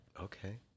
Okay